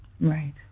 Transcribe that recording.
Right